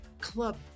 Club